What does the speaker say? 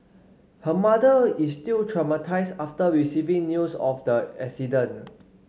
her mother is still traumatised after receiving news of the accident